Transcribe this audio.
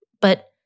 But-